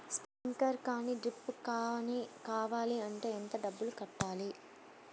Sprinkler కానీ డ్రిప్లు కాని కావాలి అంటే ఎంత డబ్బులు కట్టాలి?